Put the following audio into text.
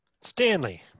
Stanley